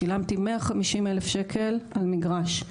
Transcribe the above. שילמתי 150,000 שקלים על מגרש.